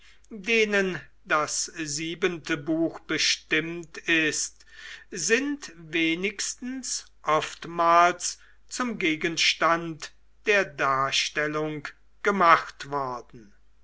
denen das siebente buch bestimmt ist sind wenigstens oftmals zum gegenstand der darstellung gemacht worden